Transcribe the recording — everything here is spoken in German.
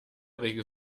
regel